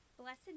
Blessed